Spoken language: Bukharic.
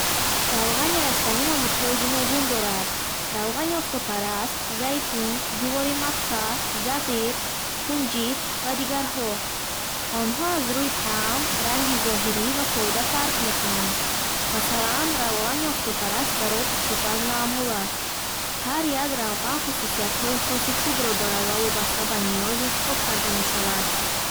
Равғани растанӣ намудҳои гуногун дорад: равғани офтобпараст, зайтун, ҷуворимакка, зағир, кунҷит ва дигарҳо. Онҳо аз рӯйи таъм, ранги зоҳирӣ ва фоида фарқ мекунанд. Масалан, равғани офтобпараст барои пухтупаз маъмул аст. Ҳар як равған хусусиятҳои хоси худро дорад ва вобаста ба ниёз интихоб карда мешавад.